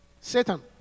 Satan